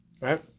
Right